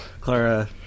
Clara